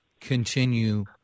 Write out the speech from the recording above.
continue